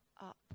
up